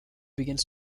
begins